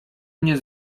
nie